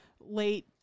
late